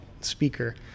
speaker